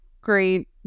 Great